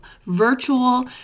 virtual